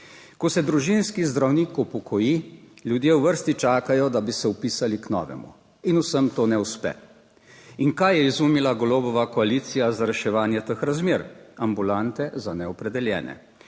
Ko se družinski zdravnik upokoji, ljudje v vrsti čakajo, da bi se vpisali k novemu, in vsem to ne uspe. In kaj je izumila Golobova koalicija za reševanje teh razmer? Ambulante za neopredeljene,